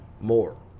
more